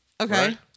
Okay